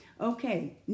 Okay